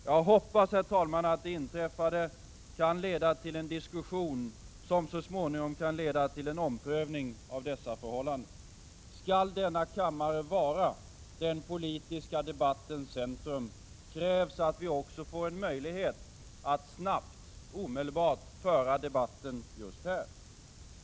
Jag hoppas, herr talman, att det inträffade kan leda till en diskussion, som så småningom kan leda till en omprövning av dessa förhållanden. Skall denna kammare vara den politiska debattens centrum, krävs att vi också får en möjlighet att snabbt — omedelbart — föra debatten just här.